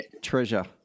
treasure